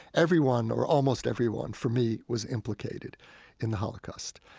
everyone or almost everyone, for me, was implicated in the holocaust.